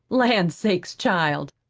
lan' sakes, child,